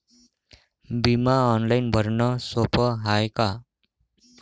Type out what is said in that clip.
बिमा ऑनलाईन भरनं सोप हाय का?